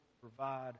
provide